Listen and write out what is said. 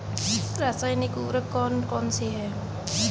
रासायनिक उर्वरक कौन कौनसे हैं?